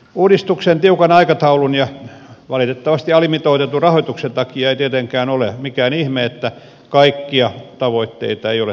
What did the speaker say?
uudistuksen tiukan aikataulun ja valitettavasti alimitoitetun rahoituksen takia ei tietenkään ole mikään ihme että kaikkia tavoitteita ei ole täysin saavutettu